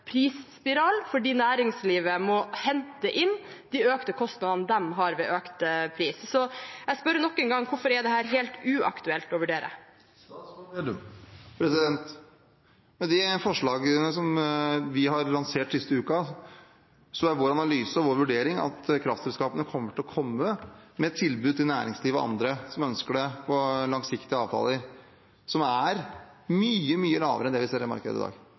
prisspiral fordi næringslivet må hente inn de økte kostnadene de har ved økt pris. Jeg spør nok en gang: Hvorfor er dette helt uaktuelt å vurdere? Med de forslagene som vi har lansert den siste uken, er vår analyse og vår vurdering at kraftselskapene kommer til å komme med tilbud til næringslivet og andre som ønsker det, om langsiktige avtaler, med priser som er mye, mye lavere enn det vi ser i markedet i dag.